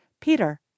Peter